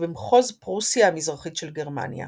שבמחוז פרוסיה המזרחית של גרמניה.,